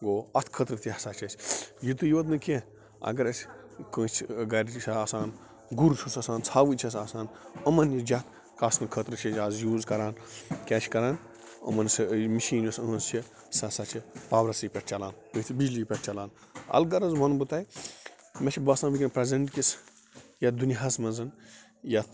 گوٚو اَتھ خٲطرٕ تہِ ہسا چھِ اَسہِ یُتٕے یوت نہٕ کیٚنٛہہ اگر أسۍ کٲنٛسہٕ گرِ تہِ چھِ آسان گُر چھُ آسان ژھاوٕج چھَس آسان یِمن یہِ جَتھ کاسنہٕ خٲطرٕ چھِ أسۍ یوز کَران کیٛاہ چھِ کَران یِمن سۄ ہسا چھِ مِشین یۄس یِہنٛز چھِ سۄ حظ چھِ پاورَسٕے پٮ۪ٹھ چَلان بِجلی پٮ۪ٹھ چَلان الغرض وَنہٕ بہٕ تۄہہِ مےٚ چھِ باسان وٕنکیٚن پریٚزنٹ کِس یتھ دُنیا ہس منٛز یَتھ